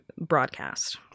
broadcast